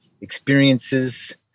experiences